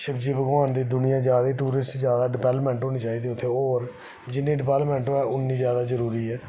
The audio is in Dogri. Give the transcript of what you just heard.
शिवजी भगवान दी दुनिया जा दी टूरिस्ट जा दा डिबैल्पमेंट चाहिदी और जिन्नी डिबैल्पमेंट होऐ उन्नी जरुरी ऐ